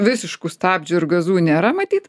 visiškų stabdžių ir gazų nėra matyt